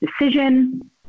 decision